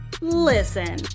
Listen